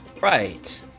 Right